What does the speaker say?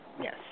yes